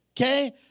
okay